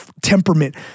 temperament